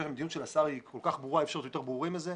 המדיניות של השר היא כל כך ברורה ואי אפשר להיות יותר ברורים מזה.